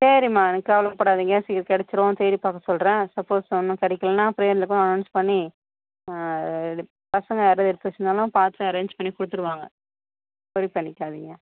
சரிம்மா நீங்கள் கவலப்படாதீங்க சீக்கிரம் கிடச்சிடும் தேடி பார்க்க சொல்கிறேன் சப்போஸ் ஒன்றும் கிடைக்கிலேனா பிரேயரில் அனோன்ஸ் பண்ணி இது பசங்க யாராவது எடுத்து வச்சிருந்தாலும் பார்த்து அரேஞ்ச் பண்ணி கொடுத்துருவாங்க ஒரி பண்ணிக்காதீங்க